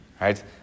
right